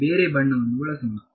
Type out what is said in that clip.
ಇಲ್ಲಿ ಬೇರೆ ಬಣ್ಣವನ್ನು ಬಳಸೋಣ